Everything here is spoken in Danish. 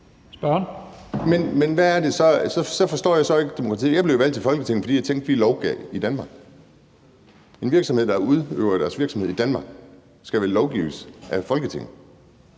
Edberg Andersen (NB): Men så forstår jeg ikke demokratiet. Jeg blev valgt til Folketinget, fordi jeg tænkte, at vi skulle lovgive i Danmark. En virksomhed, der udøver deres virksomhed i Danmark, skal Folketinget